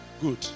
Good